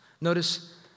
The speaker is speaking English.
Notice